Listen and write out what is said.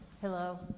Hello